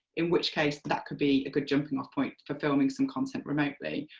in which case that could be a good jumping-off point for filming some content remotely,